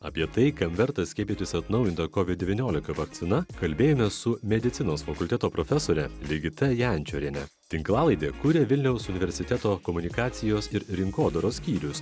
apie tai kam verta skiepytis atnaujintą covid devyniolika vakcina kalbėjomės su medicinos fakulteto profesorė ligita jančoriene tinklalaidė kūrė vilniaus universiteto komunikacijos ir rinkodaros skyrius